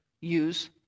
use